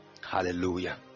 Hallelujah